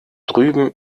drüben